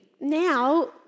Now